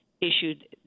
issued